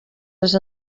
les